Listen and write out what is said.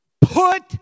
Put